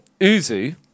Uzu